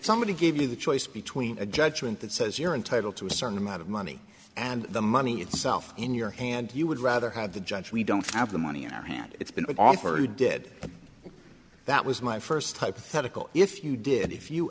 somebody gave you the choice between a judgment that says you're entitled to a certain amount of money and the money itself in your hand you would rather have the judge we don't have the money in our hand it's been offered dead but that was my first hypothetical if you did if you